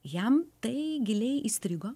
jam tai giliai įstrigo